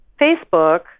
Facebook